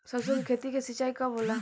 सरसों की खेती के सिंचाई कब होला?